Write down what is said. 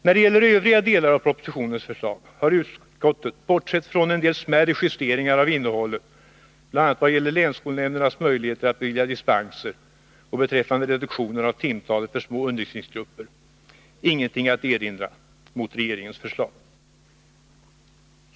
När det gäller övriga delar av propositionens förslag har utskottet, bortsett från en del smärre justeringar av innehållet, bl.a. vad gäller länsskolnämndernas möjligheter att bevilja dispenser och beträffande reduktioner av timtalet för små undervisningsgrupper, ingenting att erinra mot regeringens förslag.